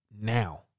now